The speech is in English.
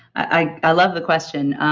i i love the question.